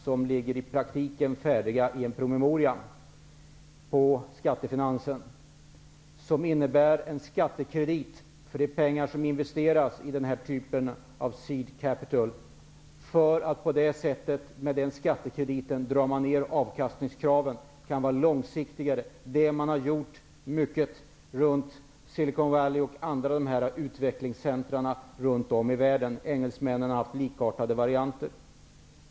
Det ligger i praktiken en nästan färdig promemoria på skattefinansen. Förslaget innebär en skattekredit för de pengar som investeras i denna typ av ''seed capital''. Med den skattekrediten drar man ned avkastningskraven och kan arbeta mera långsiktigt. Det är vad man gjort kring Silicon Valley och andra utvecklingscentra runt om i världen. Engelsmännen har haft likartade varianter.